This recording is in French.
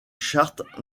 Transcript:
charts